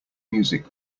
music